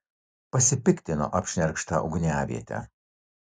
pasipiktino apšnerkšta ugniaviete